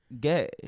gay